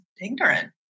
ignorant